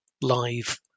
live